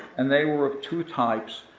and they were of two types,